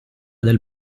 del